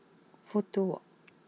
Fudu walk